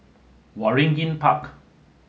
Waringin Park